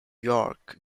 york